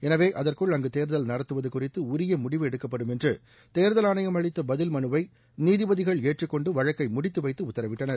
எனவே அதற்குள் அங்கு தேர்தல் நடத்துவது குறித்து உரிய முடிவு எடுக்கப்படும் என்று தேர்தல் ஆணையம் அளித்த பதில் மனுவை நீதிபதிகள் ஏற்றுக் கொண்டு வழக்கை முடித்து வைத்து உத்தரவிட்டனர்